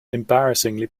embarrassingly